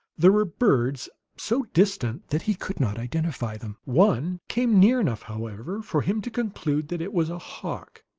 there were birds, so distant that he could not identify them one came near enough, however, for him to conclude that it was a hawk.